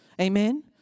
Amen